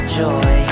joy